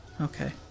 Okay